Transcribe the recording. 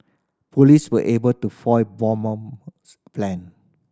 police were able to foil bomber's plan